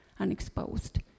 unexposed